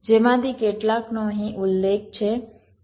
જેમાંથી કેટલાકનો અહીં ઉલ્લેખ છે